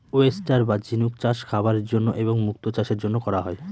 oyster বা ঝিনুক চাষ খাবারের জন্য এবং মুক্তো চাষের জন্য করা হয়